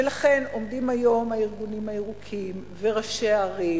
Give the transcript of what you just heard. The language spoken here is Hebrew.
ולכן עומדים היום הארגונים הירוקים וראשי הערים